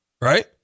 right